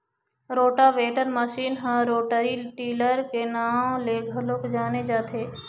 rotavator machine ह rotary tiller के नांव ले घलोक जाने जाथे